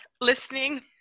listening